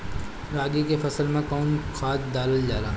रागी के फसल मे कउन कउन खाद डालल जाला?